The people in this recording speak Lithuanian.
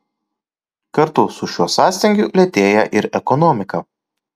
kartu su šiuo sąstingiu lėtėja ir ekonomika